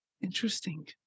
Interesting